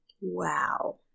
Wow